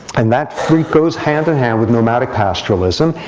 and that goes hand-in-hand with nomadic pastoralism.